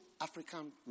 African